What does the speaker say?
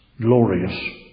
glorious